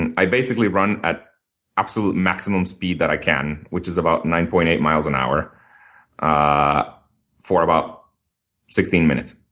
and i basically run at absolute maximum speed that i can, which is about nine point eight miles an hour ah for about sixteen minutes.